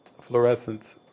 fluorescence